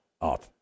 up